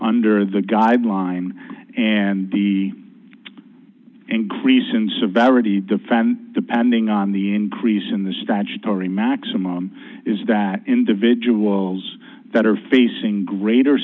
under the guideline and the increase in severity fan depending on the increase in the statutory maximum is that individuals that are facing greater